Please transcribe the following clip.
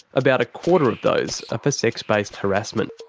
about a quarter of those are for sex-based harassment.